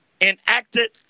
enacted